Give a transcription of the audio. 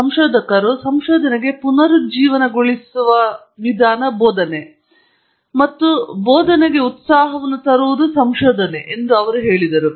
ಸಂಶೋಧಕರು ಸಂಶೋಧನೆಗೆ ಪುನರುಜ್ಜೀವನಗೊಳಿಸುವ ಬೋಧನೆ ಮತ್ತು ಬೋಧನೆಗೆ ಉತ್ಸಾಹವನ್ನು ತರುತ್ತಿದ್ದಾರೆ ಎಂದು ಅವರು ಹೇಳಿದರು